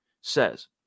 says